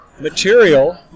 material